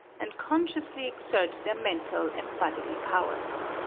and consciously exert their mental and bodily powers.